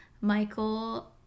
Michael